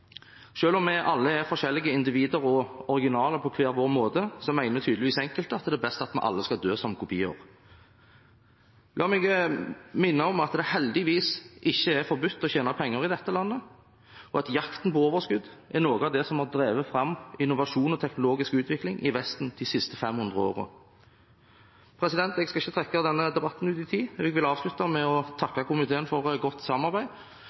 om vi alle er forskjellige individer, og originaler på hver vår måte, mener tydeligvis enkelte at det er best om vi alle dør som kopier. La meg minne om at det heldigvis ikke er forbudt å tjene penger i dette landet, og at jakten på overskudd er noe av det som har drevet fram innovasjon og teknologisk utvikling i Vesten de siste 500 årene. Jeg skal ikke trekke denne debatten ut i tid. Jeg vil avslutte med å takke komiteen for et godt samarbeid.